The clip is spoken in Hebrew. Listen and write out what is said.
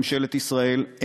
ממשלת ישראל,